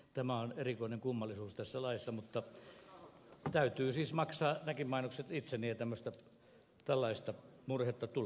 tämä on erikoinen kummallisuus tässä laissa mutta täytyy siis maksaa nämäkin mainokset itse niin ei tällaista murhetta tule